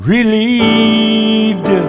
Relieved